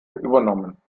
übernommen